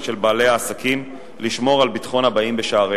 של בעלי עסקים לשמור על ביטחון הבאים בשעריהם.